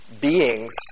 beings